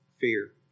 fear